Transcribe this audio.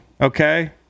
okay